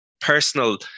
personal